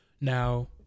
Now